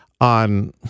on